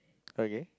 okay